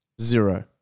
Zero